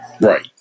Right